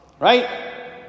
right